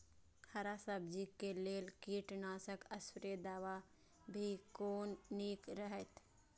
हरा सब्जी के लेल कीट नाशक स्प्रै दवा भी कोन नीक रहैत?